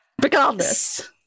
Regardless